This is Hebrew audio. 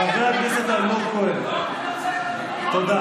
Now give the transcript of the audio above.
חבר הכנסת אלמוג כהן, תודה.